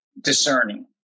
discerning